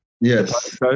Yes